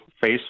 face